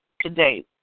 today